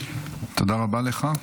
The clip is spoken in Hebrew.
תודה רבה לך.